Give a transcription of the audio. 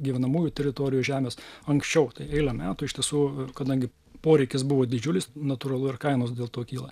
gyvenamųjų teritorijų žemės anksčiau tai eilę metų iš tiesų kadangi poreikis buvo didžiulis natūralu ir kainos dėl to kyla